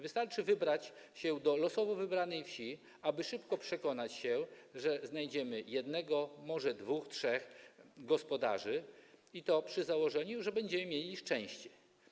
Wystarczy wybrać się do losowo wybranej wsi, aby szybko przekonać się, że znajdziemy jednego, może dwóch, trzech takich gospodarzy, i to przy założeniu, że będziemy mieli szczęście.